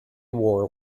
war